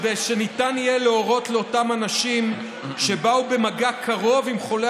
כדי שניתן יהיה להורות לאותם אנשים שבאו במגע קרוב עם חולי